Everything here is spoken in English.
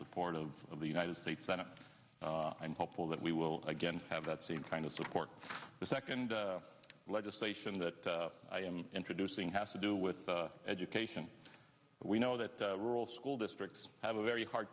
support of the united states senate and i'm hopeful that we will again have that same kind of support the second legislation that i am introducing has to do with education we know that rural school districts have a very hard